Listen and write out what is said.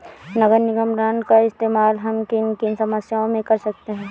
नगर निगम बॉन्ड का इस्तेमाल हम किन किन समस्याओं में कर सकते हैं?